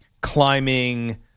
climbing